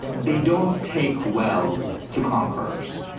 they don't take well to conquerors.